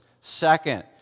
Second